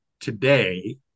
today